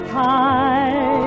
high